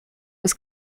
was